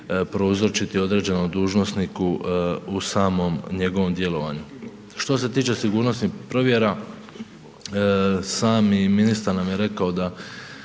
prouzročiti određenom dužnosniku u samom njegovom djelovanju. Što se tiče sigurnosnih provjera, sami ministar nam je rekao da